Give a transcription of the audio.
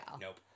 Nope